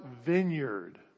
vineyard